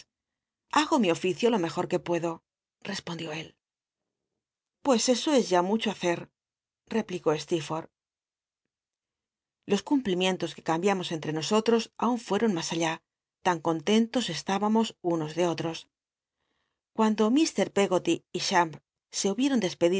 hago mi oficio lo mejor que puedo respondió él pues eso es ya mucho hacer replicó sleerforlh los cumplimi entos r ue cambiam os entre nosotl'os aun fueron mas alhi lan contentos estábamos unos de olros cuando ir pcg oty y ham se hubieron